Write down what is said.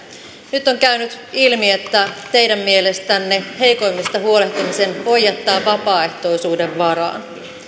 nyt on käynyt ilmi että teidän mielestänne heikoimmista huolehtimisen voi jättää vapaaehtoisuuden varaan